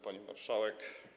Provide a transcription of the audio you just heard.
Pani Marszałek!